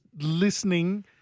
listening